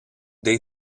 they